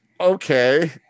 Okay